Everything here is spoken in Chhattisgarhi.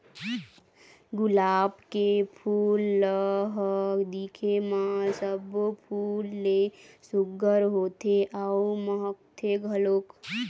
गुलाब के फूल ल ह दिखे म सब्बो फूल ले सुग्घर होथे अउ महकथे घलोक